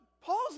Paul's